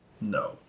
No